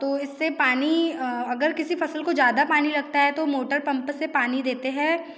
तो इससे पानी अगर किसी फसल को ज़्यादा पानी लगता है तो मोटर पम्प से पानी देते हैं